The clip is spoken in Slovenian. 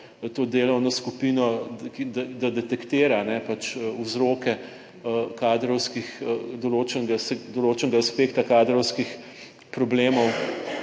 to delovno skupino, da detektira vzroke kadrovskih, določenega aspekta kadrovskih problemov.